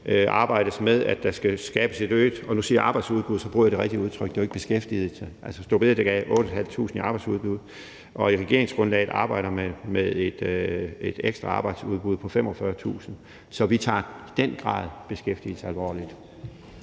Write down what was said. arbejdes med, at der skal skabes et øget, og nu siger jeg arbejdsudbud, så jeg bruger det rigtige udtryk; det er jo ikke beskæftigelse. Store bededag gav 8.500 i arbejdsudbud, og i regeringsgrundlaget arbejder man med et ekstra arbejdsudbud på 45.000, så vi tager i den grad beskæftigelse alvorligt.